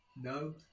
No